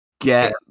get